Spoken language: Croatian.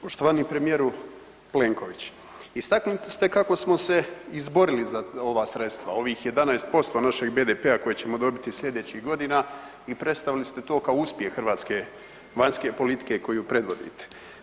Poštovani premijeru Plenković, istaknuli ste kako smo se izborili za ova sredstva, ovih 11% našeg BDP-a koje ćemo dobiti slijedećih godina i predstavili ste to kao uspjeh hrvatske vanjske politike koju predvodite.